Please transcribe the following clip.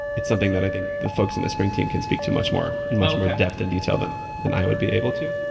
it's something that i think the folks in the spring team can speak to much more, in much more depth and detail than than i would be able to.